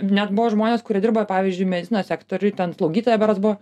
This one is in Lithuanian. net buvo žmonės kurie dirba pavyzdžiui medicinos sektoriuj ten slaugytoja berods buvo